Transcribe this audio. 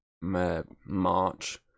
March